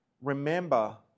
remember